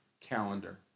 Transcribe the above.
calendar